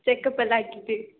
ചെക്കപ്പെല്ലാം ആക്കീട്ട്